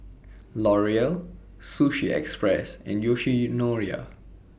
L'Oreal Sushi Express and Yoshinoya